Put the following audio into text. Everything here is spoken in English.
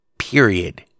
Period